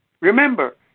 Remember